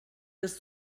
des